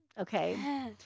Okay